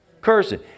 Cursing